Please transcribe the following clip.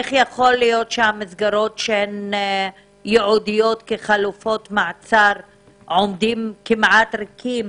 איך יכול להיות שהמסגרות שהן ייעודיות כחלופות מעצר עומדות כמעט ריקות,